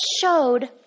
showed